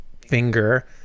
finger